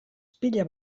pila